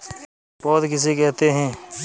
पौध किसे कहते हैं?